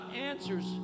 answers